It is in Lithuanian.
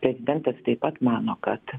prezidentas taip pat mano kad